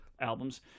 albums